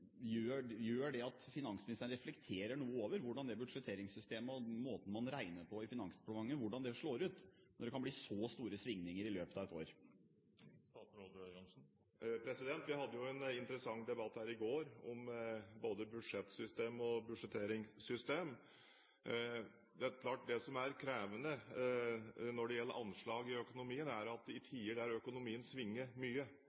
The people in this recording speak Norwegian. Gjør det at finansministeren reflekterer noe over hvordan budsjetteringssystemet og måten man regner på i Finansdepartementet, slår ut, når det kan bli så store svingninger i løpet av et år? Vi hadde jo en interessant debatt her i går om både budsjettsystem og budsjetteringssystem. Det er klart at det som er krevende når det gjelder anslag i økonomien, er at i tider da økonomien svinger mye,